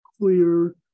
clear